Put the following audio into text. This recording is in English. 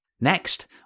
Next